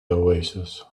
oasis